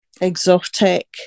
exotic